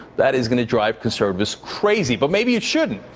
that is going to drive conservatives crazy, but maybe it shouldn't.